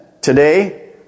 Today